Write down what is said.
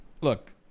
Look